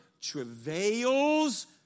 travails